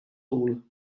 all